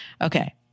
Okay